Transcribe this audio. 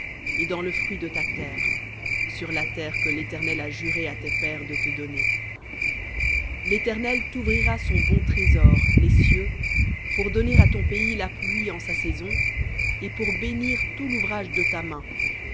et dans le fruit de ta terre sur la terre que l'éternel a juré à tes pères de te donner léternel touvrira son bon trésor les cieux pour donner à ton pays la pluie en sa saison et pour bénir tout l'ouvrage de ta main